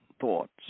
thoughts